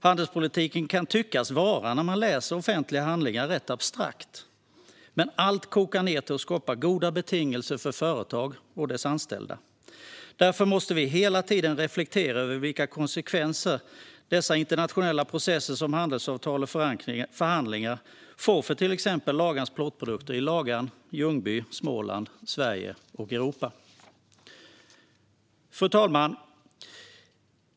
Handelspolitiken kan, när man läser offentliga handlingar, tyckas vara rätt abstrakt. Men allt kokar ned till att skapa goda betingelser för företag och deras anställda. Därför måste vi hela tiden reflektera över vilka konsekvenser dessa internationella processer, som handelsavtal och förhandlingar, får för till exempel Lagan Plåtprodukter i Lagan, Ljungby, Småland, Sverige och Europa. Fru talman!